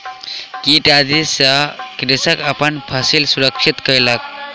कीट आदि सॅ कृषक अपन फसिल सुरक्षित कयलक